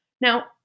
Now